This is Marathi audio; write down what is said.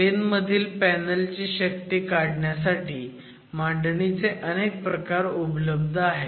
प्लेन मधील पॅनल ची शक्ती काढण्यासाठी मांडणीचे अनेक प्रकार उपलब्ध आहेत